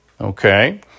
okay